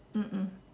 mm mm